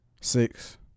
six